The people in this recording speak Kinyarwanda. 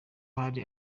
hari